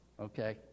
okay